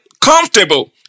comfortable